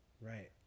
Right